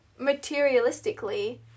materialistically